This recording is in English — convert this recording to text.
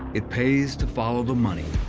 it pays to follow the money.